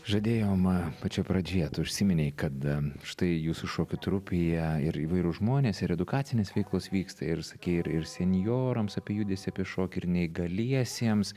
žadėjom pačioj pradžioje tu užsiminei kad štai jūsų šokių trupėje ir įvairūs žmonės ir edukacinės veiklos vyksta ir sakei ir ir senjorams apie judesį apie šokį ir neįgaliesiems